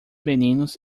meninos